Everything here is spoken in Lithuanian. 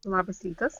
labas rytas